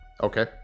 Okay